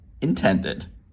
intended